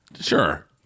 Sure